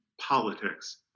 Politics